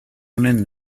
honen